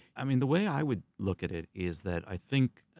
i mean the way i would look at it is that i think,